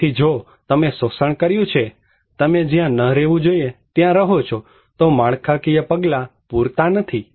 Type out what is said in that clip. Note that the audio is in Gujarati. તેથી જો જો તમે શોષણ કર્યું છે જો તમે જ્યાં ન રહેવું જોઈએ ત્યાં રહો છો તો માળખાકીય પગલાં પૂરતા નથી